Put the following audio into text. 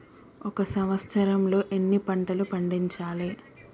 ఒక సంవత్సరంలో ఎన్ని పంటలు పండించాలే?